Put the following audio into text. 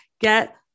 get